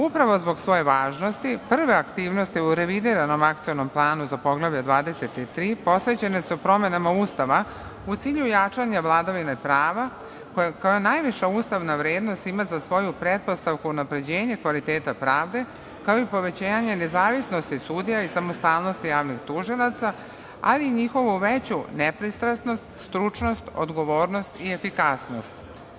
Upravo zbog svoje važnosti prve aktivnosti u revidiranom akcionom planu za Poglavlje 23 posvećene su promenama Ustava u cilju jačanja vladavine prava koja kao najviše ustavna vrednost ima za svoju pretpostavku unapređenje kvaliteta pravde, kao i povećanje nezavisnosti sudija i samostalnosti javnog tužioca, ali i njihovu veću nepristrasnost, stručnost, odgovornost i efikasnost.